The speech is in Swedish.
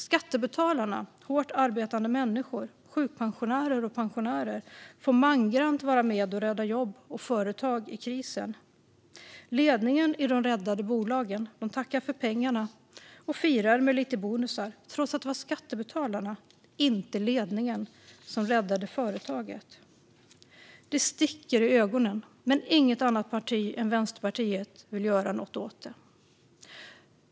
Skattebetalarna - hårt arbetande människor, sjukpensionärer och pensionärer - får mangrant vara med och rädda jobb och företag i krisen. Ledningen i de räddade bolagen tackar för pengarna och firar med lite bonusar, trots att det var skattebetalarna, inte ledningen, som räddade företaget. Det sticker i ögonen, men inget annat parti än Vänsterpartiet vill göra något åt det.